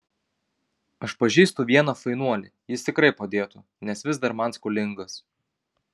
aš pažįstu vieną fainuolį jis tikrai padėtų nes vis dar man skolingas